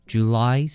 July